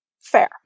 Fair